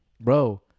bro